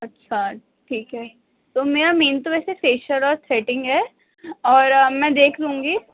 اچھا ٹھیک ہے تو میرا مین تو ویسے فیشیل اور تھریٹنگ ہے اور میں دیکھ لوں گی